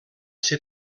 ser